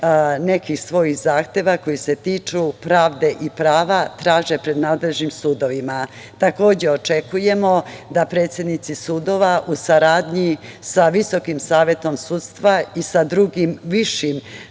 nekih svojih zahteva koji se tiču pravde i prava, traže pred nadležnim sudovima. Takođe očekujemo da predsednici sudova u saradnji sa Visokim savetom sudstva i sa drugim višim